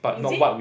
is it